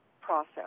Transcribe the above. Process